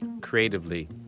creatively